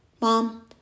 Mom